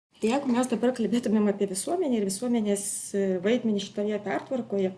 tai jeigu mes dabar kalbėtumėm apie visuomenę ir visuomenės vaidmenį šitoje pertvarkoje